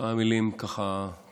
כמה מילים קצרות